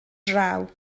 draw